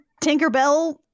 Tinkerbell